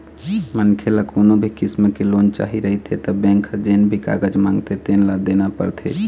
मनखे ल कोनो भी किसम के लोन चाही रहिथे त बेंक ह जेन भी कागज मांगथे तेन ल देना परथे